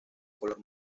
color